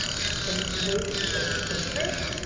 it's been moved, it's been approved.